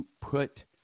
put